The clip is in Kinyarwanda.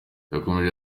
yakomeje